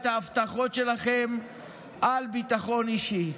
את ההבטחות שלכם על ביטחון אישי.